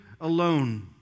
alone